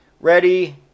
Ready